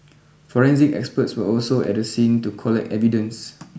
forensic experts were also at the scene to collect evidence